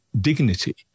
dignity